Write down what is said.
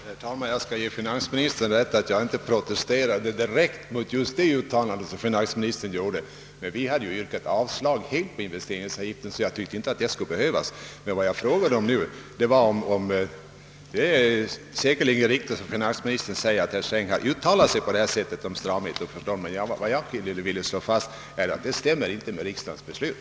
Herr talman! Jag skall ge finansministern rätt i att jag inte protesterade direkt mot det uttalande finansministern gjorde. Men vi hade ju helt yrkat avslag på investeringsavgiften, så jag tyckte inte att någon särskild protest från min sida skulle behövas. Det är säkerligen riktigt som finansministern säger, att han uttalade sig på detta sätt om stramheten. Men vad jag nu ville slå fast med min fråga var att detta inte stämmer med riksdagens beslut.